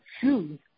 shoes